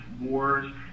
wars